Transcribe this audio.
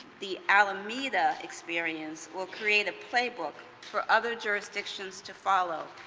the alameda experience will create a playbook for other jurisdictions to follow,